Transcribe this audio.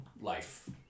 life